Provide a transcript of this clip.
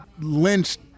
lynched